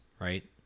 right